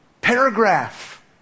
Paragraph